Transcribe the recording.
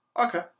okay